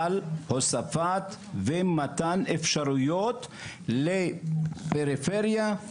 על הוספת ומתן אפשרויות לפריפריה,